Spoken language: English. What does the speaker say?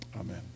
amen